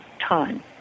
time